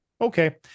Okay